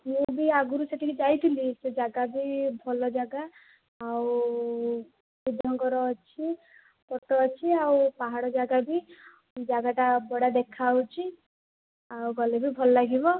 ମୁଁ ବି ଆଗରୁ ସେଠିକି ଯାଇଥିଲି ସେ ଜାଗା ବି ଭଲ ଜାଗା ଆଉ ବୁଦ୍ଧଙ୍କର ଅଛି ଫୋଟୋ ଅଛି ଆଉ ପାହାଡ଼ ଜାଗା ବି ଜାଗାଟା ବଢ଼ିଆ ଦେଖାଯାଉଛି ଆଉ ଗଲେ ବି ଭଲ ଲାଗିବ